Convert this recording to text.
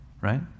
right